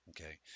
Okay